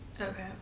Okay